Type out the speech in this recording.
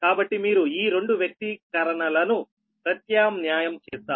కాబట్టి మీరు ఈ 2 వ్యక్తీకరణలను ప్రత్యామ్నాయం చేస్తారు